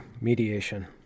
mediation